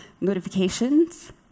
notifications